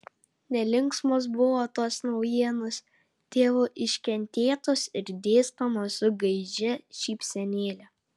nelinksmos buvo tos naujienos tėvo iškentėtos ir dėstomos su gaižia šypsenėle